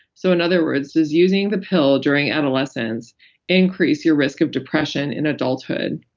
so in other words, does using the pill during adolescence increase your risk of depression in adulthood,